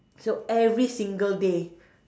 so every single day